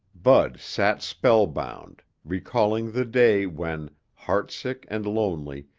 bud sat spellbound, recalling the day when, heartsick and lonely,